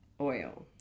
oil